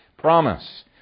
promise